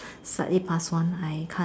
slightly past one I can't